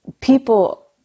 people